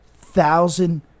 thousand